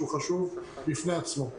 שהוא חשוב בפני עצמו.